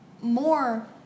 more